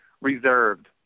reserved